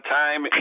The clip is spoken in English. time